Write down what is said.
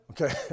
okay